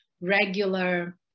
regular